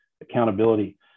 accountability